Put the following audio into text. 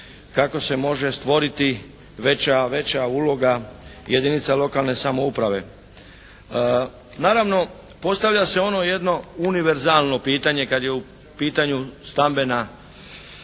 kako se može stvoriti veća uloga jedinica lokalne samouprave.